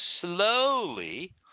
slowly